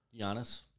Giannis